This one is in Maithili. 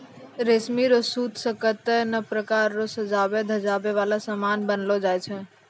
रेशमी रो सूत से कतै नै प्रकार रो सजवै धजवै वाला समान बनैलो जाय छै